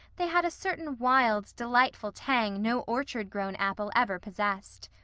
they had a certain wild, delightful tang no orchard-grown apple ever possessed.